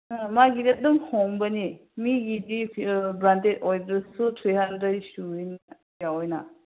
ꯃꯥꯒꯤꯗꯤ ꯑꯗꯨꯝ ꯍꯣꯡꯕꯅꯤ ꯃꯤꯒꯤꯗꯤ ꯕ꯭ꯔꯥꯟꯗꯦꯗ ꯑꯣꯏꯗ꯭ꯔꯁꯨ ꯊ꯭ꯔꯤ ꯍꯟꯗ꯭ꯔꯦꯗꯁꯨ ꯌꯥꯎꯏꯅ